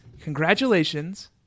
Congratulations